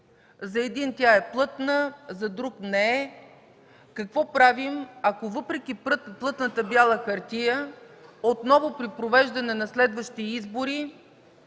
За един тя е плътна, за друг не е. Какво правим, ако въпреки плътната бяла хартия отново при провеждане на следващи избори